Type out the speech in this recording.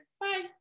Bye